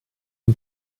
dem